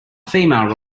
female